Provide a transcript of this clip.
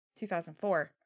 2004